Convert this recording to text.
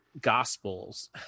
gospels